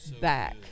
back